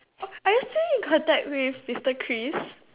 oh I yesterday in contact with mister Kris